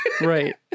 Right